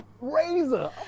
Razor